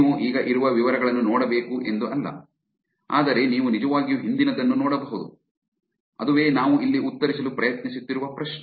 ನೀವು ಈಗ ಇರುವ ವಿವರಗಳನ್ನು ನೋಡಬೇಕು ಎಂದು ಅಲ್ಲ ಆದರೆ ನೀವು ನಿಜವಾಗಿಯೂ ಹಿಂದಿನದನ್ನು ನೋಡಬಹುದು - ಅದುವೇ ನಾವು ಅಲ್ಲಿ ಉತ್ತರಿಸಲು ಪ್ರಯತ್ನಿಸುತ್ತಿರುವ ಪ್ರಶ್ನೆ